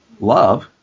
love